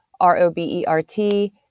R-O-B-E-R-T